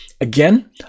again